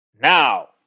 Now